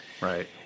Right